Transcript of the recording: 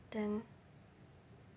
then